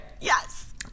Yes